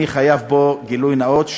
אני חייב פה גילוי נאות,